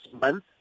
month